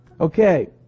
okay